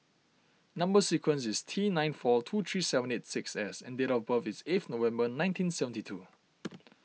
Number Sequence is T nine four two three seven eight six S and date of birth is eighth November nineteen seventy two